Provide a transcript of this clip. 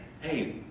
hey